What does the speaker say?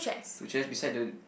two chairs beside the